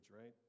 right